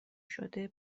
شده